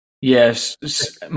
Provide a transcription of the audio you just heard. Yes